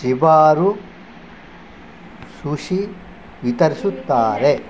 ಶಿಬಾರು sushi ವಿತರಿಸುತ್ತಾರೆ